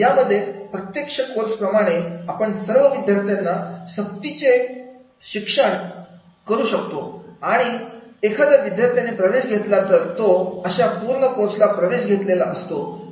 यामध्ये प्रत्यक्ष कोर्स प्रमाणे आपण सर्व विद्यार्थ्यांना सक्तीचे शिक्षण पण करू शकतो आणि एकदा विद्यार्थ्याने प्रवेश घेतला तर तो अशा पूर्ण कोर्सला प्रवेश घेतलेला असतो